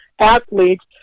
athletes